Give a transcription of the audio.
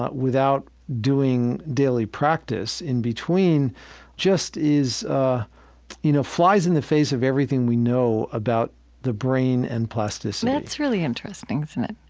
ah without doing daily practice in between just ah you know flies in the face of everything we know about the brain and plasticity that's really interesting, isn't it?